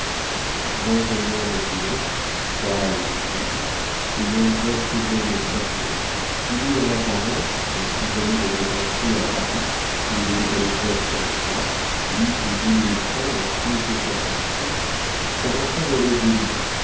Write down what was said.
un grand jeune homme blond pâle et frêle ayant d'assez bonnes façons timide en apparence mais qui venait de dépenser à paris où il était allé faire son droit huit ou dix mille francs en sus de sa pension s'avança vers eugénie